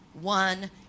one